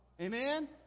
Amen